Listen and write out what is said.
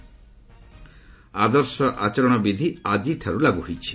ଆଦର୍ଶ ଆଚରଣବିଧି ଆଜିଠାରୁ ଲାଗୁ ହୋଇଛି